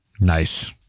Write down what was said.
Nice